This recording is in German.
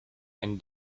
einen